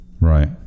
Right